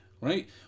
Right